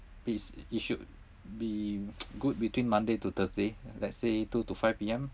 it's it should be good between monday to thursday let's say two to five P_M